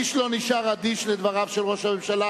35. איש לא נשאר אדיש לדבריו של ראש הממשלה,